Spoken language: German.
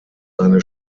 seine